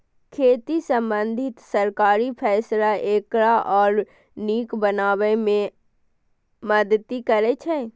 खेती सं संबंधित सरकारी फैसला एकरा आर नीक बनाबै मे मदति करै छै